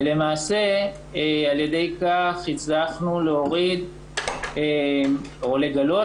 ולמעשה על ידי כך הצלחנו להוריד או לגלות